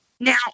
Now